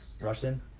Russian